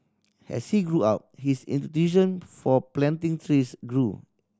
as he grew up his for planting trees grew